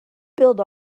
build